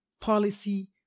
policy